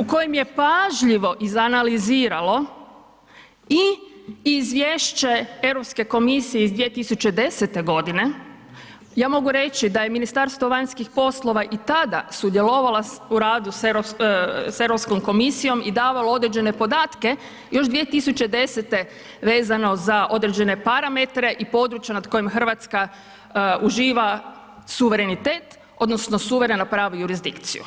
u kojem je pažljivo izanaliziralo i izvješće Europske komisije iz 2010. godine, ja mogu reći da je Ministarstvo vanjskih poslova i tada sudjelovalo u radu sa Europskom komisijom i davalo određene podatke još 2010. vezano za određene parametre i područja nad kojim Hrvatska uživa suverenitet odnosno suvereno pravo jurisdikciju.